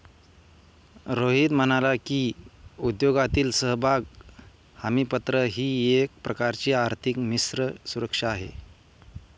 रोहित म्हणाला की, उद्योगातील समभाग हमीपत्र ही एक प्रकारची आर्थिक मिश्र सुरक्षा आहे